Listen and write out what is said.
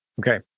Okay